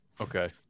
Okay